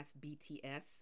BTS